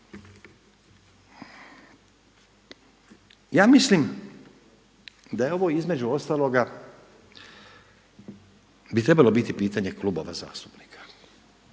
Ja mislim da je ovo između ostaloga, bi trebalo biti pitanje klubova zastupnika.